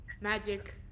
Magic